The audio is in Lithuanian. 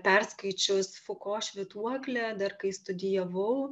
perskaičius fuko švytuoklė dar kai studijavau